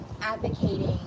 advocating